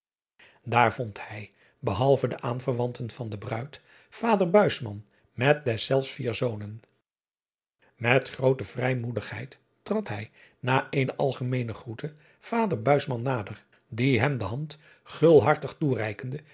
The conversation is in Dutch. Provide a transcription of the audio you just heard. aar vond hij behalve de aanverwan driaan oosjes zn et leven van illegonda uisman ten van de bruid vader met deszelfs vier zonen et groote vrijmoedigheid trad hij na eene algemeene groete vader nader die hem de hand gulhartig toereikende